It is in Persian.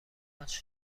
ماچ